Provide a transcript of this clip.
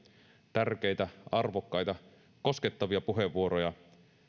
tärkeitä arvokkaita koskettavia puheenvuoroja